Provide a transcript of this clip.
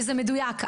וזה מדויק.